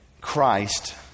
Christ